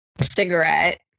cigarette